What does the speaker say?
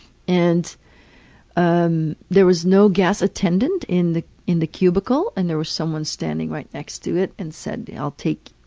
and um there was no gas attendant in the in the cubicle and there was someone standing right next to it and said, i'll take,